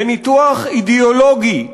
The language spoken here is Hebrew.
בניתוח אידיאולוגי,